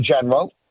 general